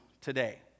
today